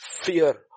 fear